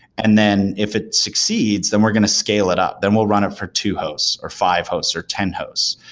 and then if it succeeds, then we're going to scale it up, then will run it for two hosts or five hosts or ten hosts,